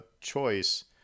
choice